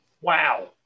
Wow